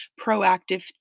proactive